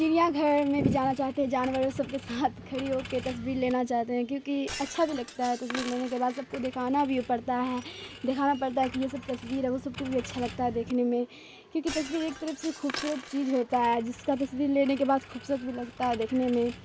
چڑیا گھر میں بھی جانا چاہتے ہیں جانوروں سب کے ساتھ کھڑی ہو کے تصویر لینا چاہتے ہیں کیونکہ اچھا بھی لگتا ہے تصویر لینے کے بعد سب کو دکھانا بھی پڑتا ہے دکھانا پڑتا ہے کہ یہ سب تصویر ہے وہ سب کو بھی اچھا لگتا ہے دیکھنے میں کیونکہ تصویر ایک طرف سے خوبصورت چیز ہوتا ہے جس کا تصویر لینے کے بعد خوبصورت بھی لگتا ہے دیکھنے میں